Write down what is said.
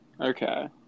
Okay